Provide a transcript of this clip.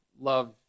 love